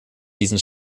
diesen